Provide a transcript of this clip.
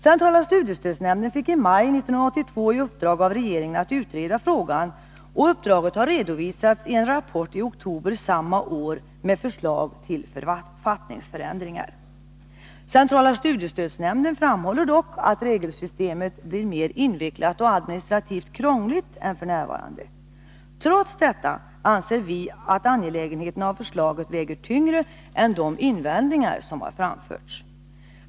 Centrala studiestödsnämnden fick i maj 1982 i uppdrag av regeringen att utreda frågan, och uppdraget har redovisats i en rapport i oktober samma år med förslag till författningsändringar. Centrala studiestödsnämnden framhåller dock att regelsystemet blir mer invecklat och administrativt krångligare än f. n. Trots detta anser vi att angelägenheten av förslaget väger tyngre än de invändningar som har framförts.